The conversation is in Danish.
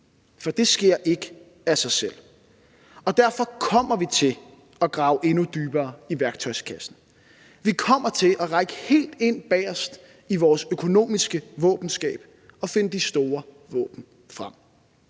for det sker ikke af sig selv. Derfor kommer vi til at grave endnu dybere i værktøjskassen. Vi kommer til at række helt ind bagest i vores økonomiske våbenskab og finde de store våben frem.